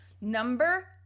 Number